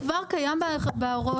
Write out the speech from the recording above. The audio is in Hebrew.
זה כבר קיים בהוראות.